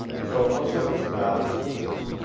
so, let's look at some valid sequences.